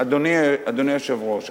אדוני היושב-ראש,